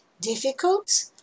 difficult